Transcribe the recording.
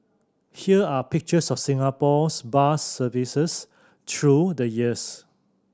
here are pictures of Singapore's bus services through the years